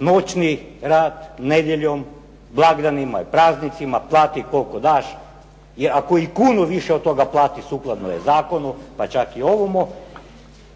noćni rad nedjeljom, blagdanima i praznicima plati koliko daš. Ako i kunu više od toga plati sukladno je zakonu, pa čak i ovomu.